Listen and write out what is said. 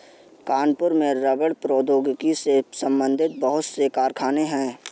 कानपुर में रबड़ प्रौद्योगिकी से संबंधित बहुत से कारखाने है